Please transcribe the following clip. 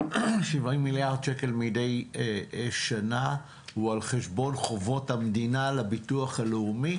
מעבירים מדי שנה הם על חשבון חובות המדינה לביטוח הלאומי?